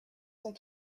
sont